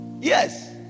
Yes